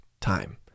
time